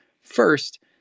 first